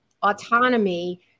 autonomy